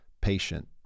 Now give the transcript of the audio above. patient